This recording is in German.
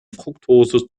fruktose